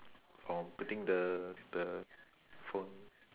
from putting the the phone